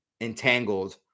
entangled